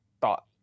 thought